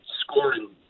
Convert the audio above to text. scoring